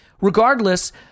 Regardless